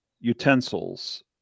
utensils